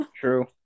True